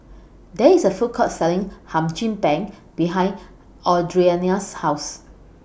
There IS A Food Court Selling Hum Chim Peng behind Audriana's House